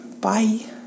Bye